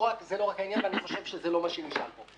העניין ואני חושב שזה לא מה שנשאל פה.